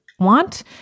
Want